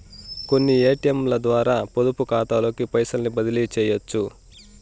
కొన్ని ఏటియంలద్వారా పొదుపుకాతాలోకి పైసల్ని బదిలీసెయ్యొచ్చు